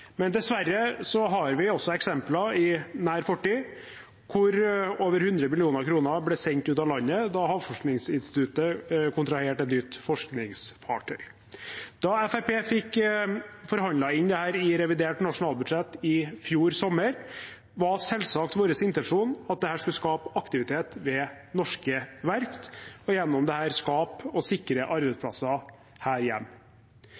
Men dessverre har vi også et eksempel i nær fortid hvor over 100 mill. kr ble sendt ut av landet da Havforskningsinstituttet kontraherte et nytt forskningsfartøy. Da Fremskrittspartiet fikk forhandlet inn dette i revidert nasjonalbudsjett i fjor sommer, var selvsagt vår intensjon at dette skulle skape aktivitet ved norske verft og gjennom dette skape og sikre arbeidsplasser her